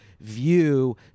view